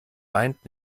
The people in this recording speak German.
weint